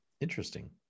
interesting